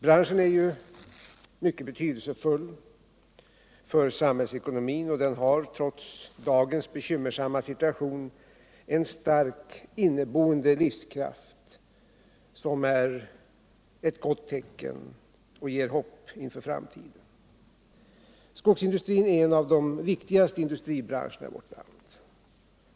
Branschen är ju mycket betydelsefull för samhällsekonomin, och den har trots dagens bekymmersamma situation en stark inneboende livskraft som är ett gott tecken och ger hopp inför framtiden. Skogsindustrin är en av de viktigaste industribranscherna i vårt land.